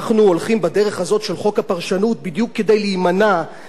הפרשנות בדיוק כדי להימנע מלעבור חוק-חוק,